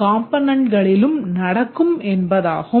காம்போனென்ட்களிலும் நடக்கும் என்பதாகும்